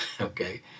okay